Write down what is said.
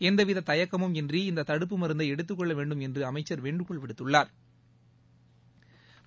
எவ்வித தயக்கமும் இன்றி இந்த தடுப்புப் மருந்தை எடுத்துக்கொள்ள வேண்டும் என்று அமைச்சா் வேண்டுகோள் விடுத்துள்ளாா்